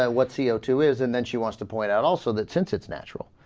ah what c o two is and then she wants to point out also that sense it's natural